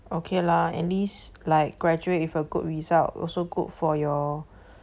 okay lah at least like graduate with a good result also good for your